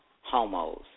homos